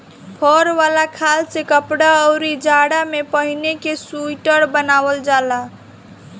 फर वाला खाल से कपड़ा, अउरी जाड़ा में पहिने के सुईटर बनावल जाला